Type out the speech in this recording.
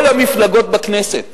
בכל המפלגות בכנסת